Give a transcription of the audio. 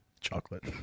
Chocolate